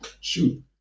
shoot